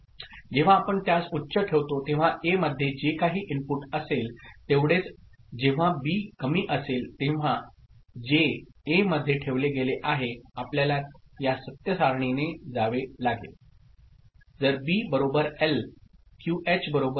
जेव्हा आपण त्यास उच्च ठेवतो तेव्हा ए मध्ये जे काही इनपुट असेल तेवढेच जेव्हा बी कमी असेल तेव्हा जे ए मध्ये ठेवले गेले आहे आपल्याला या सत्य सारणीने जावे लागेल जर बी एल क्यूएच एल